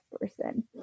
person